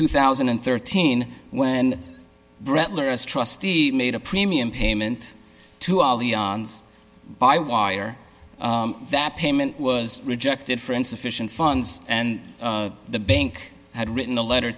two thousand and thirteen when breathless trustee made a premium payment to all the by wire that payment was rejected for insufficient funds and the bank had written a letter